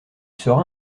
sera